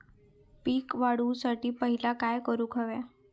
पीक वाढवुसाठी पहिला काय करूक हव्या?